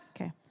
okay